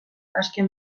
azken